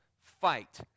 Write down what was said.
Fight